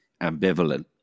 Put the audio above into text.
ambivalent